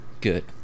Good